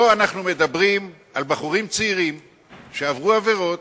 פה אנחנו מדברים על בחורים צעירים שעברו עבירות